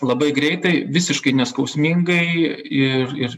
labai greitai visiškai neskausmingai ir ir